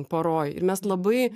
poroj ir mes labai